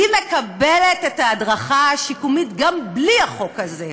היא מקבלת את ההדרכה השיקומית גם בלי החוק הזה.